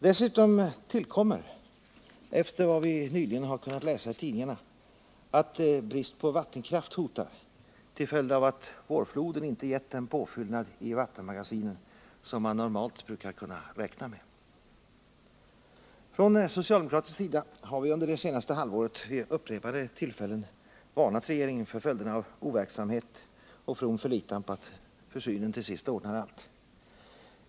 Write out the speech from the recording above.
Dessutom tillkommer, efter vad vi nyligen kunnat läsa i tidningarna, att brist på vattenkraft hotar till följd av att vårfloden inte gett den påfyllnad i vattenmagasinen som man normalt brukar kunna räkna med. Från socialdemokratins sida har vi under det senaste halvåret vid upprepade tillfällen varnat regeringen för följderna av overksamhet och from förlitan på att försynen till sist ordnar allt.